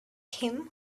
him